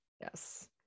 Yes